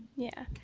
yeah,